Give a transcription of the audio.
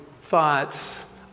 thoughts